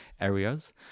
areas